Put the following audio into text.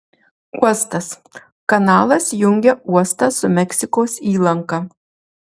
uostas kanalas jungia uostą su meksikos įlanka